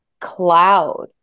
cloud